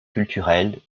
culturel